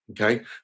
okay